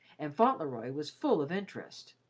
and fauntleroy was full of interest.